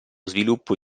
sviluppo